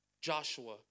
Joshua